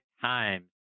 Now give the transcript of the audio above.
times